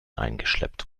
eingeschleppt